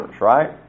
right